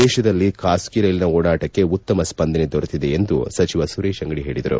ದೇಶದಲ್ಲಿ ಖಾಸಗಿ ರೈಲಿನ ಓಡಾಟಕ್ಕೆ ಉತ್ತಮ ಸ್ಪಂದನೆ ದೊರೆತಿದೆ ಎಂದು ಸಚಿವ ಸುರೇಶ್ ಅಂಗಡಿ ಹೇಳಿದರು